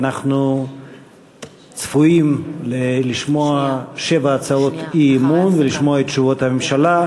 אנחנו צפויים לשמוע שבע הצעות אי-אמון ולשמוע את תשובות הממשלה.